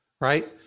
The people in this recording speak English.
right